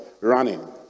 running